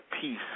peace